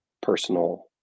personal